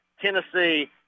Tennessee